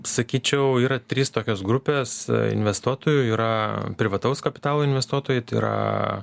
sakyčiau yra trys tokios grups investuotojų yra privataus kapitalo investuotojai tai yra